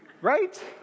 Right